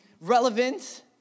relevant